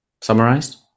summarized